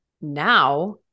now